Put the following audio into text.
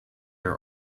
are